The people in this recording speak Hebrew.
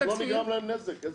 גם לא נגרם להם נזק.